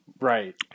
Right